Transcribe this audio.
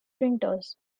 printers